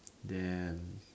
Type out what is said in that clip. then